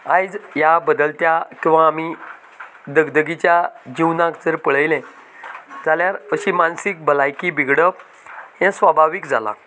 आयज ह्या बदलत्या किंवां आमी धगधगीच्या जिवनांत जर पळयलें जाल्यार अशीं मानसीक भलायकी बिघडप हे स्वभावीक जालां